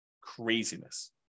Craziness